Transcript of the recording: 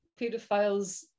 pedophiles